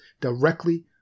Directly